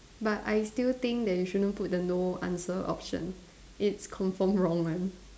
but I still think you shouldn't put the no answer option it's confirm wrong one